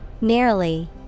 nearly